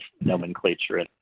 nomenclature